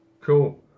Cool